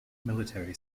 military